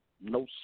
no